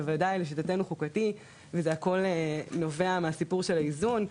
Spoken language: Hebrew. בוודאי לשיטתנו חוקתי וזה הכל נובע מהסיפור של האיזון.